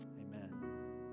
Amen